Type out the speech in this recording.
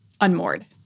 unmoored